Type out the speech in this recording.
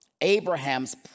Abraham's